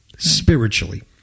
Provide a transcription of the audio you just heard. spiritually